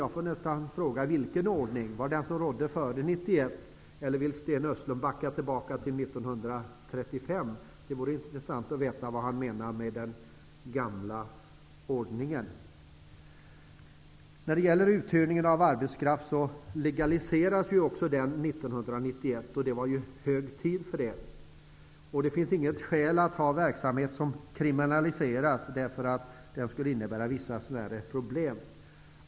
Jag får då fråga vilken ordning han menar. Var det den ordning som rådde före 1991, eller vill Sten Östlund backa tillbaka till 1935? Det vore intressant att veta vad han menar med Uthyrningen av arbetskraft legaliserades 1991 -- det var hög tid för det. Det finns inget skäl för att ha verksamhet som kriminaliseras därför att den innebär vissa smärre problem.